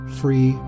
free